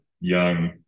young